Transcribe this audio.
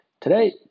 Today